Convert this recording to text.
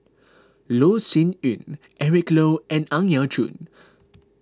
Loh Sin Yun Eric Low and Ang Yau Choon